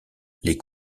les